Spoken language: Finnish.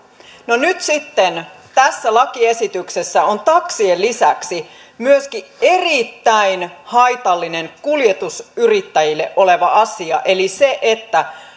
no nyt sitten tässä lakiesityksessä on taksien lisäksi erittäin haitallinen kuljetusyrittäjiä koskeva asia eli se että